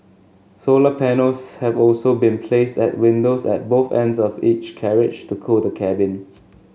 solar panels have also been placed at windows at both ends of each carriage to cool the cabin